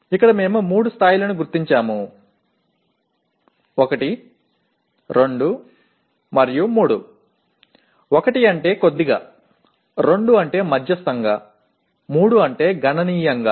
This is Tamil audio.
எனவே நாம் இங்கே கோப்பின் மூன்று நிலைகளை அடையாளம் காண்கிறோம் 1 2 3 1 என்பது குறைந்தது 2 என்பது நடுத்தரமானது 3 என்பது வலுவானது ஆகும்